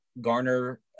garner